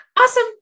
Awesome